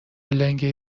لنگ